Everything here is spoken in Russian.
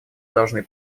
должны